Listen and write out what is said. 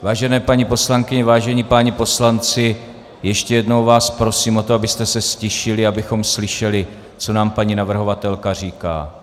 Vážené paní poslankyně, vážení páni poslanci, ještě jednou vás prosím o to, abyste se ztišili, abychom slyšeli, co nám paní navrhovatelka říká.